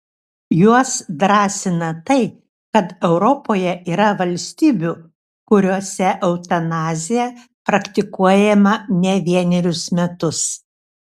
juos drąsina tai kad europoje yra valstybių kuriose eutanazija praktikuojama ne vienerius metus